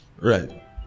Right